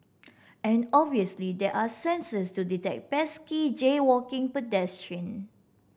and obviously there are sensors to detect pesky jaywalking pedestrian